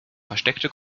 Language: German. versteckte